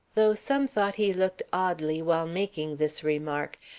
though some thought he looked oddly while making this remark,